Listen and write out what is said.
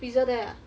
freezer there ah